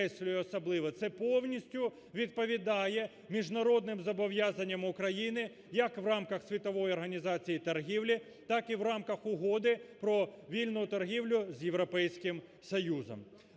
це повністю відповідає міжнародним зобов'язанням України як в рамках Світової організації торгівлі, так і в рамках Угоди про вільну торгівлю з Європейським Союзом.